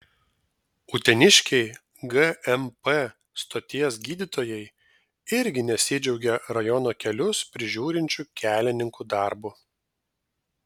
uteniškiai gmp stoties gydytojai irgi nesidžiaugia rajono kelius prižiūrinčių kelininkų darbu